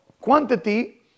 quantity